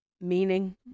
Meaning